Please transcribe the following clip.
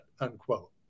unquote